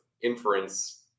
inference